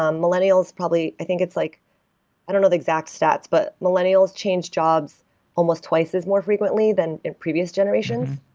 um millennials probably i think it's like i don't know the exact stats, but millennials change jobs almost twice as more frequently than previous generations.